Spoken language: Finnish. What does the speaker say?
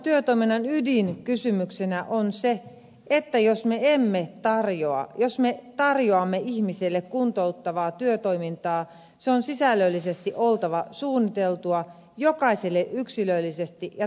kuntouttavan työtoiminnan ydinkysymyksenä on se että jos me tarjoamme ihmiselle kuntouttavaa työtoimintaa sen on sisällöllisesti oltava suunniteltua jokaiselle yksilöllisesti ja tavoitteellisesti